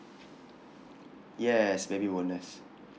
yes baby bonus